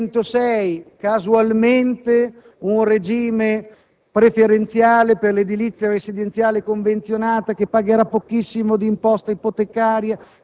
solari su edifici di nuova costruzione. Casualmente sono già pronte le cooperative per ridefinire i criteri pronti per le nuove costruzioni.